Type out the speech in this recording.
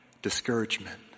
Discouragement